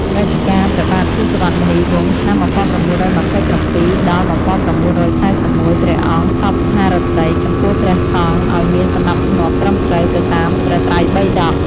រជ្ជកាលព្រះបាទស៊ីសុវត្ថិមុនីវង្ស (ឆ្នាំ ១៩២៧-១៩៤១) ព្រះអង្គសព្វហឫទ័យ ចំពោះព្រះសង្ឃឱ្យមានសណ្តាប់ធ្នាប់ត្រឹមត្រូវទៅតាមព្រះត្រៃបិដក ។